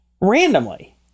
randomly